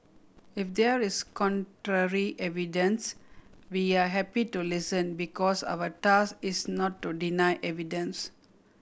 if there is contrary evidence we are happy to listen because our task is not to deny evidence